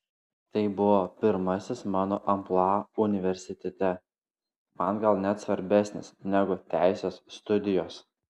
tai buvo pirmasis mano amplua universitete man gal net svarbesnis negu teisės studijos